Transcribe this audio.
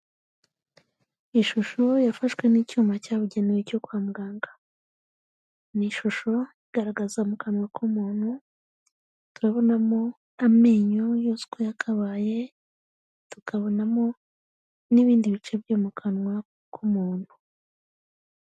Ishusho yafashwe n'icyuma cyabugenewe cyo kwa muganga. Ni ishusho igaragaza mu kanwa k'umuntu, turabonamo amenyo yose yakabaye, tukabonamo n'ibindi bice byo mu kanwa k'umuntu.